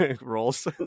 rolls